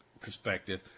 perspective